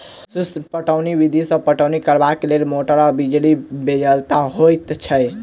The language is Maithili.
सूक्ष्म पटौनी विधि सॅ पटौनी करबाक लेल मोटर आ बिजलीक बेगरता होइत छै